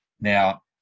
Now